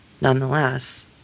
Nonetheless